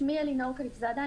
שמי אלינור כליפזאדה.